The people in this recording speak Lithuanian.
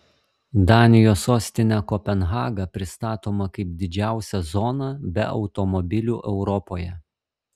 danijos sostinė kopenhaga pristatoma kaip didžiausia zona be automobilių europoje